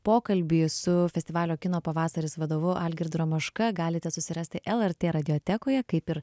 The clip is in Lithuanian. pokalbį su festivalio kino pavasaris vadovu algirdu ramaška galite susirasti lrt radijotekoje kaip ir